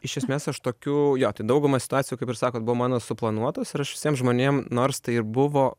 iš esmės aš tokių jo tai dauguma situacijų kaip ir sakot buvo mano suplanuotos ir aš visiem žmonėm nors tai ir buvo